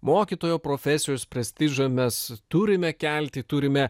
mokytojo profesijos prestižą mes turime kelti turime